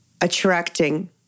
attracting